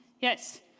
yes